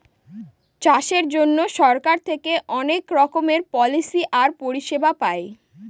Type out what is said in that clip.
চাষের জন্য সরকার থেকে অনেক রকমের পলিসি আর পরিষেবা পায়